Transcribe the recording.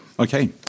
Okay